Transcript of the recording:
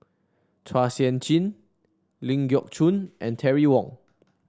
Chua Sian Chin Ling Geok Choon and Terry Wong